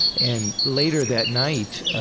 and later that night, ah